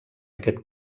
aquest